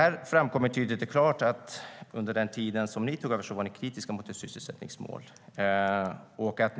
Det framkommer tydligt och klart att ni var kritiska till ett sysselsättningsmål när ni tog över.